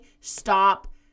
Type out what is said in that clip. stop